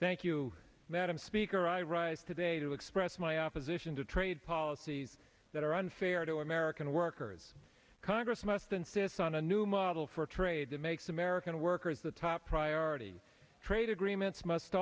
thank you madam speaker i rise today to express my opposition to trade policies that are unfair to american workers congress must insist on a new model for trade that makes american workers the top priority trade agreements must